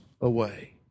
away